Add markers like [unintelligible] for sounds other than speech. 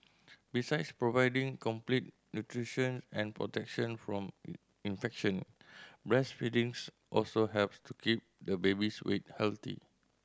besides providing complete nutrition and protection from [unintelligible] infection breastfeedings also helps to keep the baby's weight healthy